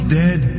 dead